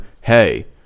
hey